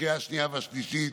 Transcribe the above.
לקריאה השנייה ולקריאה השלישית,